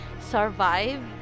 survive